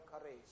courage